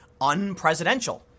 unpresidential